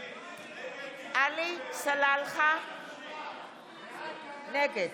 יש לא מעט מדינות